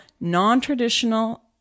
non-traditional